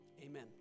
amen